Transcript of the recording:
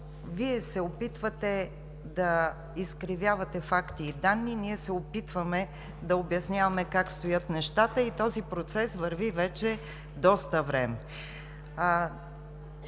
Вие се опитвате да изкривявате факти и данни, ние се опитваме да обясняваме как стоят нещата и този процес върви вече доста време.